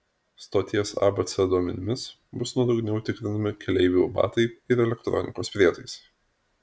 stoties abc duomenimis bus nuodugniau tikrinami keleivių batai ir elektronikos prietaisai